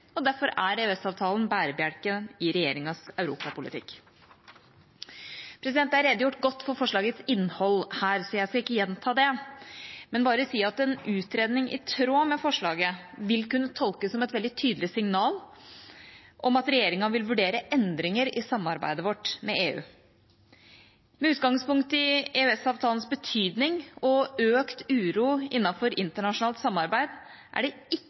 Derfor er EØS-avtalen bærebjelken i regjeringas europapolitikk. Det er redegjort godt for forslagets innhold her, så jeg skal ikke gjenta det, men bare si at en utredning i tråd med forslaget vil kunne tolkes som et veldig tydelig signal om at regjeringa vil vurdere endringer i samarbeidet vårt med EU. Med utgangspunkt i EØS-avtalens betydning og økt uro innenfor internasjonalt samarbeid er det ikke